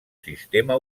sistema